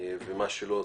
ומה שלא,